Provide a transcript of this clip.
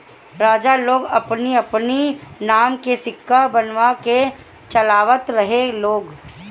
राजा लोग अपनी अपनी नाम के सिक्का बनवा के चलवावत रहे लोग